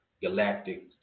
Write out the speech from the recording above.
galactic